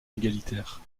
égalitaire